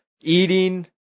eating